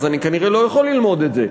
אז אני כנראה לא יכול ללמוד את זה,